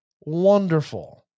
Wonderful